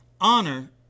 Honor